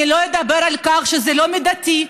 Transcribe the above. אני לא אדבר על כך שזה לא מידתי,